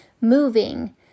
moving